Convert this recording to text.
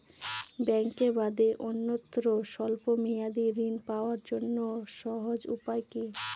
ব্যাঙ্কে বাদে অন্যত্র স্বল্প মেয়াদি ঋণ পাওয়ার জন্য সহজ উপায় কি?